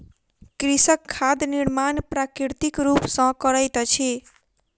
कृषक खाद निर्माण प्राकृतिक रूप सॅ करैत अछि